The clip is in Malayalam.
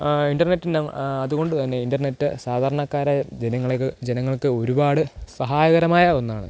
ഇൻ്റർനെറ്റ് അതുകൊണ്ടുതന്നെ ഇൻ്റർനെറ്റ് സാധാരണക്കാരായ ജനങ്ങൾക്ക് ജനങ്ങൾക്ക് ഒരുപാട് സഹായകരമായ ഒന്നാണ്